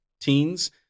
teens